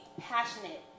passionate